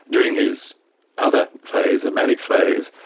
during his other phase, the manic phase,